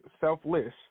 selfless